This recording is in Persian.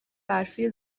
برفی